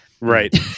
Right